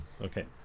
Okay